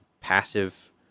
passive